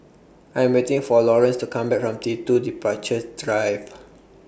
I'm waiting For Laurance to Come Back from T two Departures Drive